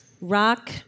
Rock